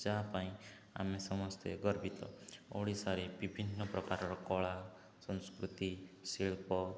ଯାହା ପାଇଁ ଆମେ ସମସ୍ତେ ଗର୍ବିତ ଓଡ଼ିଶାରେ ବିଭିନ୍ନ ପ୍ରକାରର କଳା ସଂସ୍କୃତି ଶିଳ୍ପ